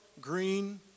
green